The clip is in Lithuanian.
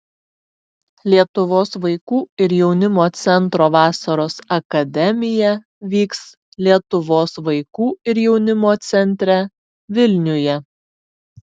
lietuvos vaikų ir jaunimo centro vasaros akademija vyks lietuvos vaikų ir jaunimo centre vilniuje